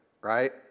right